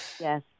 Yes